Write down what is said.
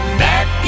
back